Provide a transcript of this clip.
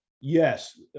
yes